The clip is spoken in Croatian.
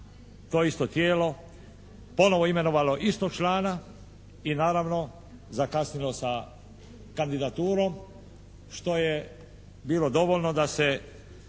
to isto tijelo ponovo imenovalo istog člana i naravno zakasnilo sa kandidaturom što je bilo dovoljno da se